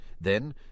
Then